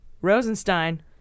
Rosenstein